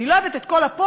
אני לא אוהבת את כל הפוזות,